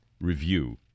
review